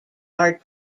are